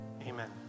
Amen